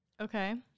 Okay